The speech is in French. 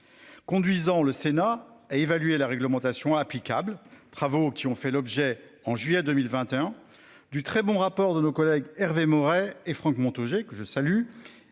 Conduisant le Sénat évaluer la réglementation applicable travaux qui ont fait l'objet en juillet 2021. Du très bon rapport de nos collègues Hervé Maurey et Franck Montaugé, que je salue